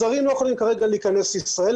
זרים לא יכולים כרגע להיכנס לישראל,